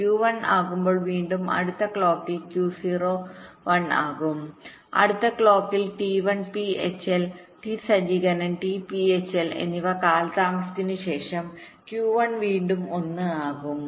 Q1 ആകുമ്പോൾ വീണ്ടും അടുത്ത ക്ലോക്കിൽ Q0 1 ആകും അടുത്ത ക്ലോക്കിൽ T1 p hl t സജ്ജീകരണം t p hl എന്നിവ കാലതാമസത്തിനുശേഷം Q1 വീണ്ടും 1 ആകും